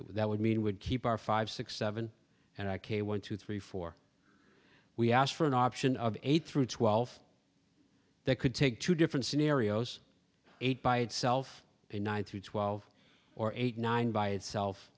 that would mean would keep our five six seven and i k one two three four we asked for an option of eight through twelve they could take two different scenarios eight by itself and one through twelve or eight nine by itself